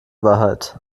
wahrheit